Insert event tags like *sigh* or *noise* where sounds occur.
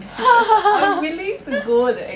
*laughs*